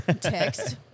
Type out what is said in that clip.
Text